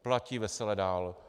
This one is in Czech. Platí vesele dál.